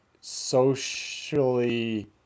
socially